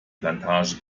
plantage